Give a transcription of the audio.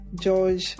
George